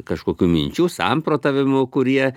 kažkokių minčių samprotavimų kurie